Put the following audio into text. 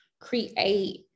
create